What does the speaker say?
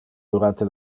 durante